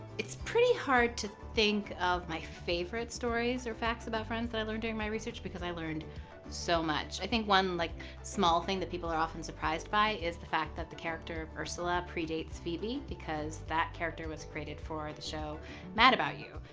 it's pretty hard to think of my favorite stories or facts about friends that i learned during my research because i learned so much. i think one like small thing that people are often surprised by is the fact that the character ursula predates phoebe because that character was created for the show mad about you,